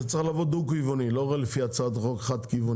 זה צריך לעבוד דו-כיווני ולא לפי הצעת חוק חד-כיוונית,